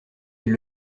elle